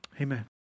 amen